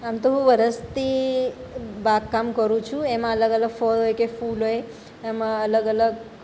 આમ તો હું વર્ષથી બાગ કામ કરું છું એમાં અલગ અલગ ફળ હોય કે ફૂલ હોય એમાં અલગ અલગ